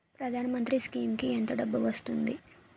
ప్రధాన మంత్రి స్కీమ్స్ కీ ఎంత డబ్బు వస్తుంది?